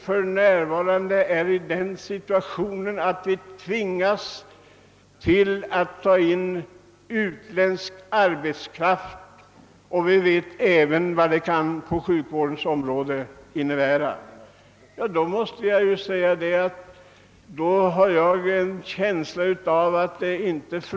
För närvarande är situationen på arbetskraftens område sådan, att vi tvingas importera utländsk arbetskraft. Jag har en känsla av att det här inte är fråga om ett val mellan det ena och det andra.